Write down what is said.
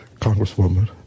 congresswoman